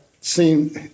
seen